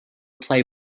play